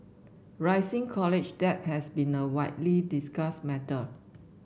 rising college debt has been a widely discussed matter